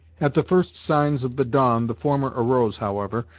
at the first signs of the dawn the former arose, however,